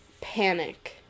panic